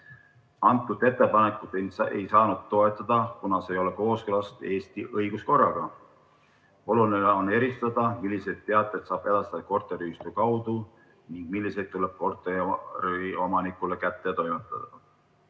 Antud ettepanekut ei saanud toetada, kuna see ei ole kooskõlas Eesti õiguskorraga. Oluline on eristada, milliseid teateid saab edastada korteriühistu kaudu ning millised tuleb korteriomanikule kätte toimetada.